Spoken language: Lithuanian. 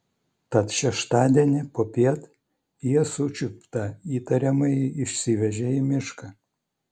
tad šeštadienį popiet jie sučiuptą įtariamąjį išsivežė į mišką